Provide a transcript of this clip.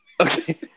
Okay